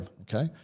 Okay